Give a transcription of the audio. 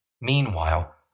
Meanwhile